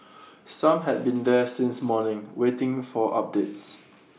some had been there since morning waiting for updates